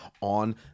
on